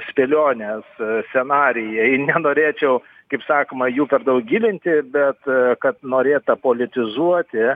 spėlionės scenarijai nenorėčiau kaip sakoma jų per daug gilinti bet kad norėta politizuoti